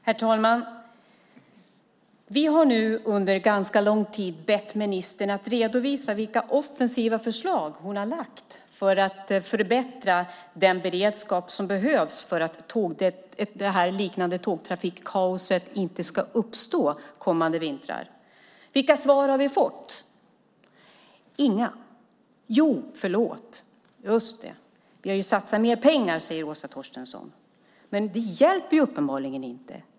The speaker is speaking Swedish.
Herr talman! Vi har nu under ganska lång tid bett ministern att redovisa vilka offensiva förslag hon har lagt fram för att förbättra den beredskap som behövs för att liknande tågtrafikkaos inte ska uppstå kommande vintrar. Vilka svar har vi fått? Inga. Jo, förlåt, just det: Vi har satsat mer pengar, säger Åsa Torstensson. Men det hjälper uppenbarligen inte.